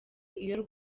iyo